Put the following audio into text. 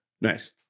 Nice